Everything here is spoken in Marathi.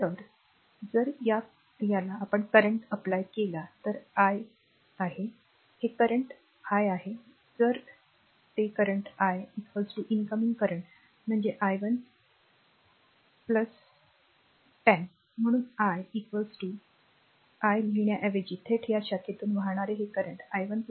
म्हणून जर या current apply केला तर ते i आहे हे current i आहे तर ते current आहे i incoming current म्हणजे r i 1 i 1 r 10 म्हणून i that I लिहिण्याऐवजी थेट या शाखेतून वाहणारे हे करंट i 1 10 लिहित आहे